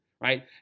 right